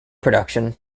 production